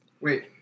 Wait